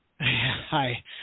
hi